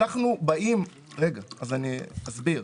אני אסביר.